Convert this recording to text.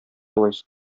алайса